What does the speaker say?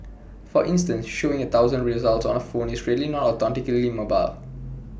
for instance showing A thousand results on A phone is really not authentically mobile